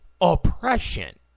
oppression